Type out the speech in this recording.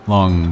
Long